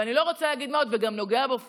ואני לא רוצה להגיד מה עוד, וגם נוגע בו פיזית.